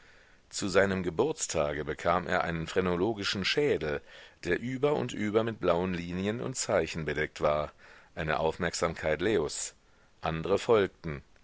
zu seinem geburtstage bekam er einen phrenologischen schädel der über und über mit blauen linien und zeichen bedeckt war eine aufmerksamkeit leos andre folgten